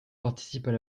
participent